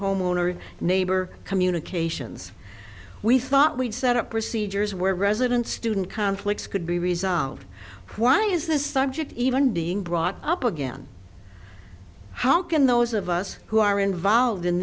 homeowner neighbor communications we thought we'd set up procedures where residents student conflicts could be resolved why is the subject even being brought up again how can those of us who are involved in